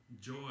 joy